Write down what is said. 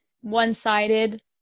one-sided